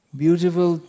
beautiful